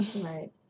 Right